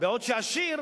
בעוד שעשיר,